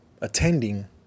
attending